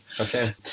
Okay